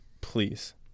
please